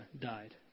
died